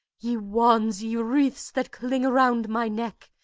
ye wands, ye wreaths that cling around my neck,